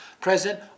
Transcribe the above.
present